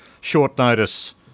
short-notice